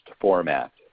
format